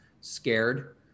scared